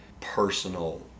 personal